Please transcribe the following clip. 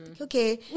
okay